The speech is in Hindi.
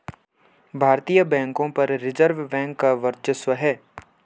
भारतीय बैंकों पर रिजर्व बैंक का वर्चस्व है